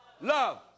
Love